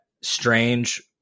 Strange